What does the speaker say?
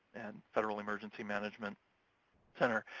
and federal emergency management center.